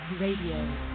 Radio